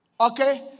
okay